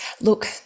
Look